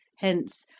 hence,